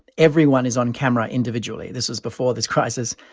everyone is on camera individually. this was before this crisis.